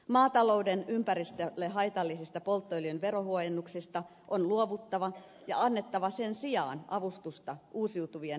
maatalouden ympäristölle haitallisista polttoöljyn veronhuojennuksista on luovuttava ja annettava sen sijaan avustusta uusiutuvan energian lähteiden käytölle